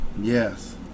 Yes